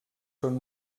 són